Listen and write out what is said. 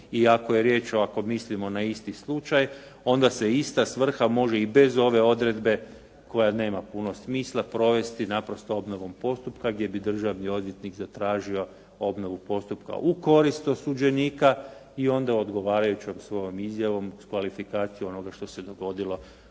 ako je riječ o, ako mislimo na isti slučaj, onda se ista svrha može i bez ove odredbe koja nema puno smisla provesti naprosto obnovom postupka gdje bi državni odvjetnik zatražio obnovu postupka u korist osuđenika i onda odgovarajućom svojom izjavom uz kvalifikaciju onoga što se dogodilo